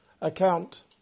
account